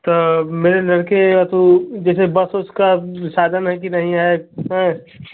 तो मेरे लड़के यहाँ तो जैसे एक बस उस का साधन है कि नहीं है